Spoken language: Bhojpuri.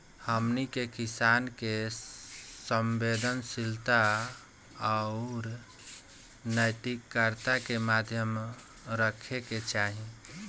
हमनी के किसान के संवेदनशीलता आउर नैतिकता के ध्यान रखे के चाही